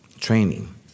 training